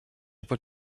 pot